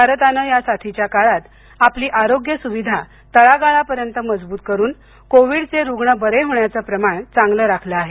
भारताने या साथीच्या काळात आपली आरोग्य सुविधा तळागाळापर्यंत मजबूत करून कोविड चे रुग्ण बरे होण्याचे प्रमाण चांगले राखले आहे